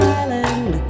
island